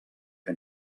que